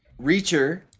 Reacher